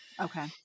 Okay